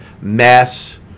mass